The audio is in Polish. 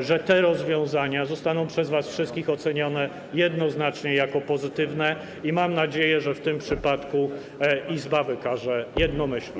że te rozwiązania zostaną przez was wszystkich ocenione jednoznacznie jako pozytywne, i mam nadzieję, że w tym przypadku Izba wykaże jednomyślność.